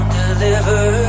deliver